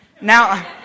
Now